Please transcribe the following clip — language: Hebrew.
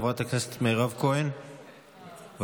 חברת הכנסת מירב כהן, בבקשה.